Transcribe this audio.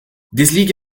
desligue